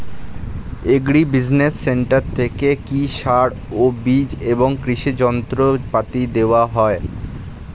Agri business centre থেকে কি সার ও বিজ এবং কৃষি যন্ত্র পাতি দেওয়া হয়?